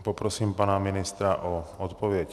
Poprosím pana ministra o odpověď.